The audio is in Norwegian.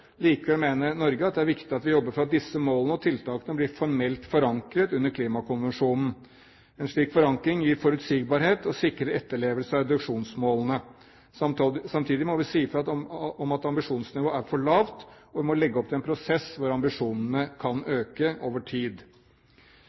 Likevel mener Norge at det er viktig at vi jobber for at disse målene og tiltakene blir formelt forankret under Klimakonvensjonen. En slik forankring gir forutsigbarhet og sikrer etterlevelse av reduksjonsmålene. Samtidig må vi si fra om at ambisjonsnivået er for lavt, og vi må legge opp til en prosess hvor ambisjonene kan øke over tid.